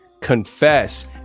confess